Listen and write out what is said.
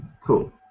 Cool